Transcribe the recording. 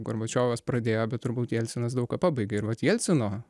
gorbačiovas pradėjo bet turbūt jelcinas daug ką pabaigė ir vat jelcino